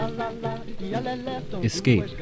Escape